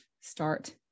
start